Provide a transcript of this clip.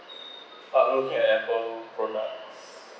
I'm looking at Apple products